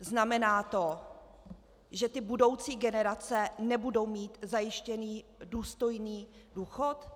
Znamená to, že budoucí generace nebudou mít zajištěný důstojný důchod?